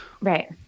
Right